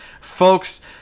Folks